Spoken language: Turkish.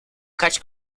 kaç